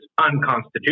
unconstitutional